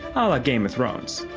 ah ah game of thrones.